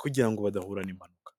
kugira ngo badahura n'impanuka.